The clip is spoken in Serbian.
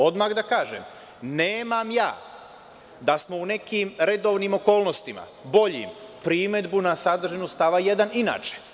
Odmah da kažem, nemam ja da smo u nekim redovnim okolnostima, boljim, primedbu na sadržinu stava 1. inače.